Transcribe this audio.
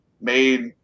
made